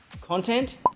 content